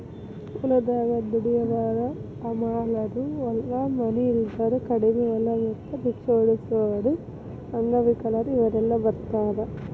ಹೊಲದಾಗ ದುಡ್ಯಾವರ ಹಮಾಲರು ಹೊಲ ಮನಿ ಇಲ್ದಾವರು ಕಡಿಮಿ ಹೊಲ ಮತ್ತ ರಿಕ್ಷಾ ಓಡಸಾವರು ಅಂಗವಿಕಲರು ಇವರೆಲ್ಲ ಬರ್ತಾರ